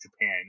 Japan